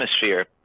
atmosphere